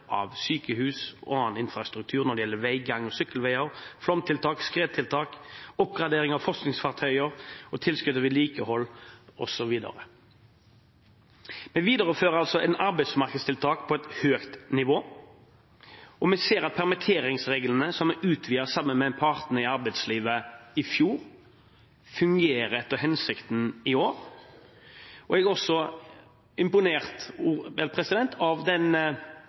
av sykehus og av infrastruktur – veier, gang- og sykkelveier – flomtiltak, skredtiltak, oppgradering av forskningsfartøyer, tilskudd til vedlikehold osv. Vi viderefører arbeidsmarkedstiltak på et høyt nivå. Vi ser at permitteringsreglene, som vi utvidet sammen med partene i arbeidslivet i fjor, fungerer etter hensikten i år. Jeg er også imponert